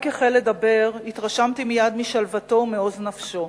רק החל לדבר, התרשמתי מייד משלוותו ומעוז נפשו,